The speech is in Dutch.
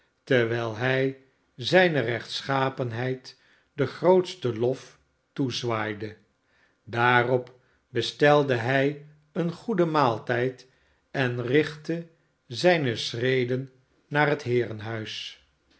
terwijl hij zijne rechtschapenheid den grootsten lof toezwaaide daarop bestelde hij een goeden maaltijd en richtte zijne schreden naar het heerenhuis